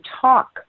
talk